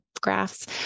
graphs